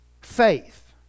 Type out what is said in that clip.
faith